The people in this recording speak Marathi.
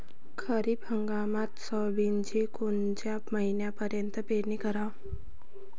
खरीप हंगामात सोयाबीनची कोनच्या महिन्यापर्यंत पेरनी कराव?